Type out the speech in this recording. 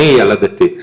אני ילדתי,